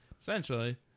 essentially